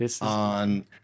on